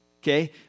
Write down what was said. okay